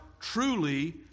truly